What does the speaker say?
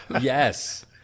Yes